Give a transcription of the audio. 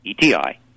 ETI